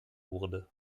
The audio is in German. wurde